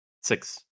Six